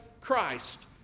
Christ